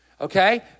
okay